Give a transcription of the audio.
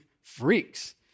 freaks